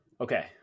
Okay